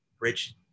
Rich